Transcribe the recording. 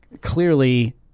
clearly